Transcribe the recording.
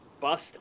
bust